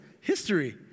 history